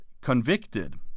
convicted